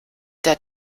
der